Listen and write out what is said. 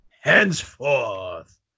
Henceforth